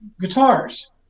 guitars